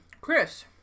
Chris